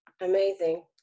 Amazing